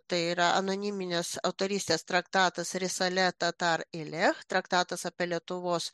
tai yra anoniminės autorystės traktatas risale tatar ileh traktatas apie lietuvos